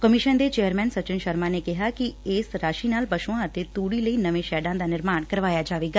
commission ਦੇ chairman Sachin Sharma ਨੇ ਕਿਹਾ ਕਿ ਇਸ ਰਾਸ਼ੀ ਨਾਲ ਪਸ਼ੂਆਂ ਅਤੇ ਤੂੜੀ ਲਈ ਨਵੇਂ ਸ਼ੈਡਾਂ ਦਾ ਨਿਰਮਾਣ ਕਰਵਾਇਆ ਜਾਵੇਗਾ